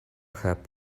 help